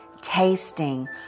tasting